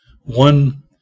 one